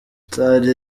cyari